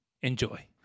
Enjoy